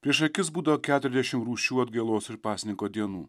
prieš akis būdavo keturiasdešimt rūšių atgailos ir pasninko dienų